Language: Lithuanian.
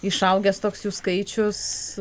išaugęs toks jų skaičius